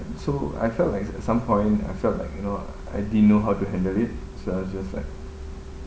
so I felt like at some point I felt like you know I didn't know how to handle it so I was just like